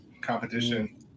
competition